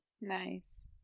nice